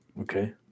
Okay